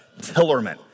Tillerman